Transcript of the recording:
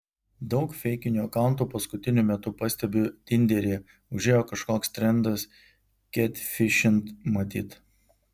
daug feikinių akauntų paskutiniu metu pastebiu tinderyje užėjo kažkoks trendas ketfišint matyt